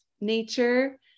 nature